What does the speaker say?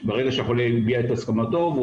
--- ברגע שהחולה הביע את הסכמתו והוא